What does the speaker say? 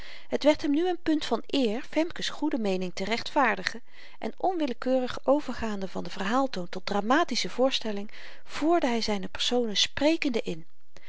het werd hem nu een punt van eer femke's goede meening te rechtvaardigen en onwillekeurig overgaande van den verhaaltoon tot dramatische voorstelling voerde hy zyne personen sprekende in